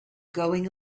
going